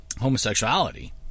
homosexuality